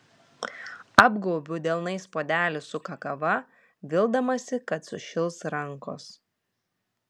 apgaubiu delnais puodelį su kakava vildamasi kad sušils rankos